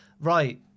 Right